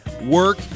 work